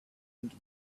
into